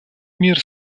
мир